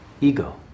ego